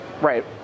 right